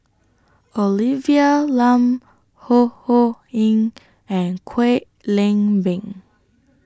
Olivia Lum Ho Ho Ying and Kwek Leng Beng